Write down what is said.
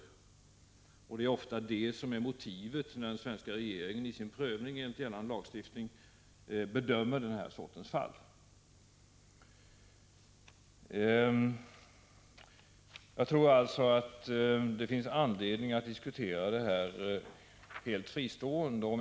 Det är ofta bristerna i det internationella kontrollsystemet som är motivet när den svenska regeringen i sin prövning enligt gällande lagstiftning bedömer sådana här frågor. Jag tror alltså att det finns anledning att diskutera frågan om export av kärnkraftsutrustning helt fristående.